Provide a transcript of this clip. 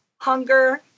hunger